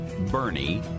Bernie